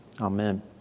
Amen